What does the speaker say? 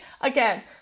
again